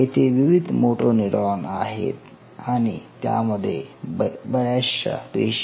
येथे विविध मोटोनेरॉन आहेत आणि त्यामध्ये आहेत बर्याचशा पेशी